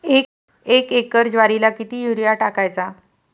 एक एकर ज्वारीला किती युरिया टाकायचा?